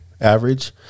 average